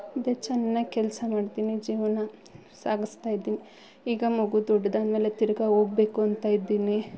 ಮತ್ತು ಚೆನ್ನಾಗ್ ಕೆಲಸ ಮಾಡ್ತಿನಿ ಜೀವನ ಸಾಗಿಸ್ತಾ ಇದ್ದಿನಿ ಈಗ ಮಗು ದೊಡ್ದಾದಮೇಲೆ ತಿರ್ಗಾ ಹೋಗ್ಬೇಕು ಅಂತ ಇದ್ದೀನಿ